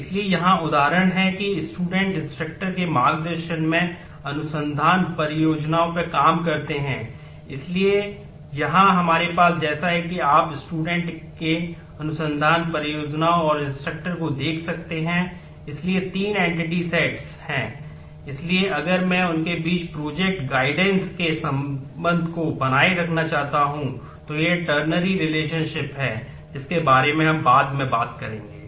इसलिए यहाँ उदाहरण हैं कि स्टूडेंट है जिसके बारे में हम बाद में बात करेंगे